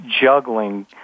juggling